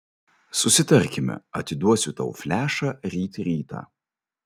susitarkime atiduosiu tau flešą ryt rytą